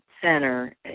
center